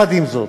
עם זאת,